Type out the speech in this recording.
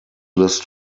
list